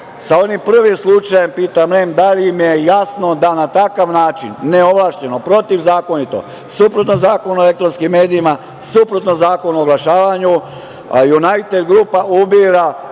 sa onim prvim slučajem, pitam REM da li im je jasno da na takav način, neovlašćeno, protivzakonito, suprotno zakonu o elektronskim medijima, suprotno zakonu o oglašavanju Junajted grupa ubira